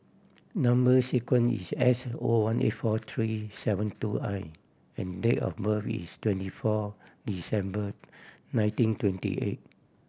number sequence is S O one eight four three seven two I and date of birth is twenty four December nineteen twenty eight